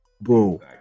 Bro